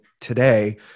today